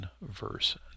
verse